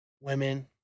women